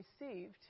received